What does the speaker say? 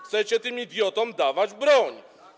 Chcecie tym idiotom dawać broń.